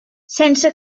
sense